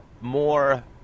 more